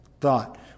thought